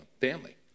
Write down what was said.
family